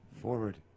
forward